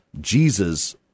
Jesus